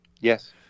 Yes